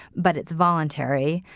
but it's voluntary.